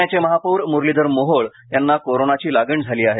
प्ण्याचे महापौर म्रलीधर मोहोळ यांना कोरोनाची लागण झाली आहे